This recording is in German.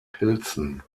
pilzen